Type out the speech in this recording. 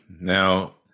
Now